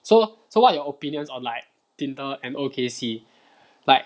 so so what are your opinions on like tinder and O_K_C like